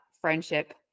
friendship